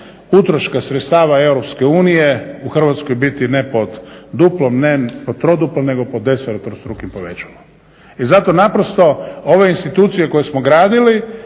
utroška sredstava EU u Hrvatskoj biti ne pod duplim, ne pod troduplim nego pod desetorostrukim povećalom. I zato naprosto ove institucije koje smo gradili